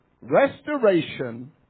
Restoration